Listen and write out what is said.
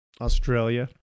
Australia